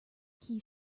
key